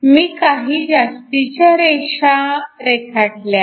मी काही जास्तीच्या रेषा रेखाटल्या आहेत